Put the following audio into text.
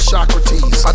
Socrates